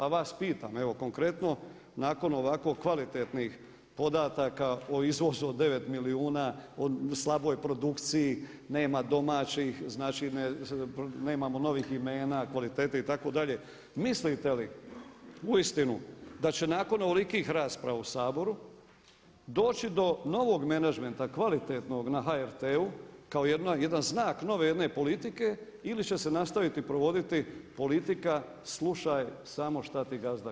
A vas pitam evo konkretno nakon ovako kvalitetnih podataka o izvozu od 9 milijuna, slaboj produkciji, nema domaćih, znači nemamo novih imena, kvalitete itd. mislite li uistinu da će nakon ovolikih rasprava u Saboru doći do novog menadžmenta kvalitetnog na HRT-u kao jedna znak nove jedne politike ili će se nastaviti provoditi politika slušaj samo šta ti gazda kaže?